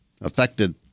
affected